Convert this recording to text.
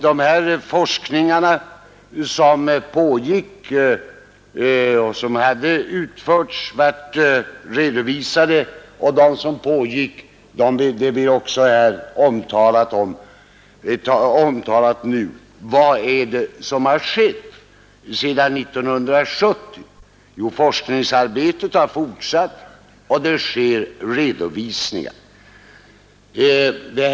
De forskningar som hade utförts och redovisats och de som pågick blev också nu omnämnda. Vad är det som har skett sedan 1970? Jo, forskningsarbetet har fortsatt och det görs redovisningar.